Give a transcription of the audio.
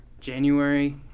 January